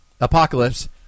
Apocalypse